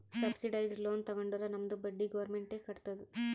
subsidised loan ತಗೊಂಡುರ್ ನಮ್ದು ಬಡ್ಡಿ ಗೌರ್ಮೆಂಟ್ ಎ ಕಟ್ಟತ್ತುದ್